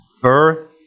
birth